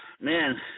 man